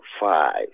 five